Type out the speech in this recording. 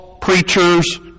preachers